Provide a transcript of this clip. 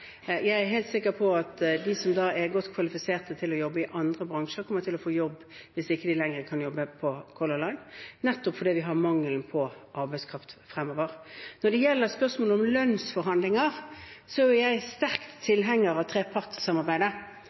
Jeg er helt sikker på at de som er godt kvalifisert til å jobbe i andre bransjer, kommer til å få jobb hvis de ikke lenger kan jobbe på Color Line, nettopp fordi vi har mangel på arbeidskraft fremover. Når det gjelder spørsmål om lønnsforhandlinger, er jeg sterkt tilhenger av trepartssamarbeidet.